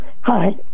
Hi